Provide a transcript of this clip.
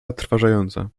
zatrważająca